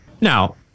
Now